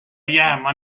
jääma